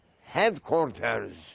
headquarters